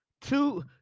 two